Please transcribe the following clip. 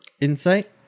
insight